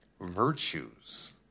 virtues